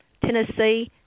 Tennessee